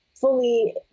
fully